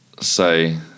say